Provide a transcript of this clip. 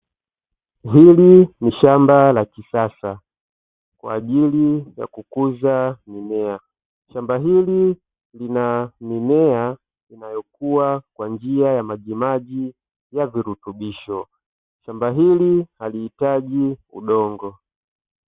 Hili ni shamba la kisasa kwa ajili ya kukuza mimea, shamba hili lina mimea inayo kuwa kwa njia ya majimaji na virutubisho, shamba hili halihitaji udongo.